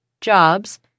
jobs